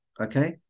okay